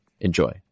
Enjoy